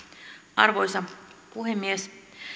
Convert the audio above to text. arvoisa puhemies